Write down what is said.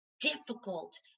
difficult